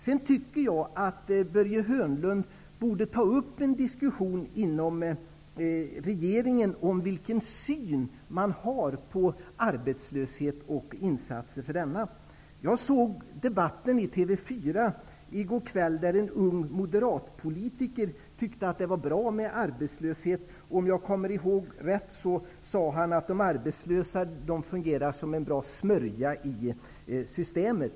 Sedan tycker jag att Börje Hörnlund borde ta upp en diskussion inom regeringen om hur man ser på arbetslösheten och på insatser för att komma till rätta med denna. Jag lyssnade på debatten i TV 4 i går kväll. En ung manlig moderatpolitiker tyckte att arbetslösheten var bra. Om jag minns rätt sade han att de arbetslösa fungerar som en bra smörjare i systemet.